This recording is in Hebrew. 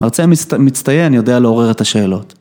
מרצה מצטיין יודע לעורר את השאלות.